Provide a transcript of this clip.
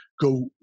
go